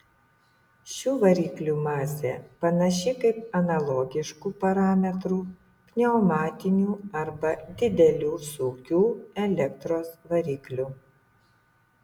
šių variklių masė panaši kaip analogiškų parametrų pneumatinių arba didelių sūkių elektros variklių